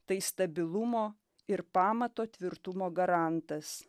tai stabilumo ir pamato tvirtumo garantas